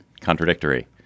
contradictory